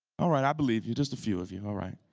all right, i believe you, just a few of you, all right.